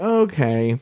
okay